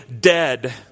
dead